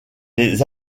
les